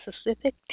specific